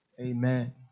Amen